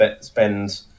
spend